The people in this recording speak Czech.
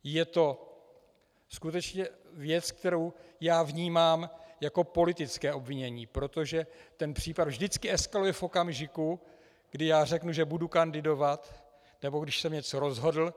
Je to skutečně věc, kterou já vnímám jako politické obvinění, protože ten případ vždycky eskaluje v okamžiku, kdy já řeknu, že budu kandidovat nebo když jsem něco rozhodl.